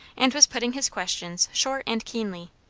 and was putting his questions short and keenly.